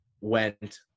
went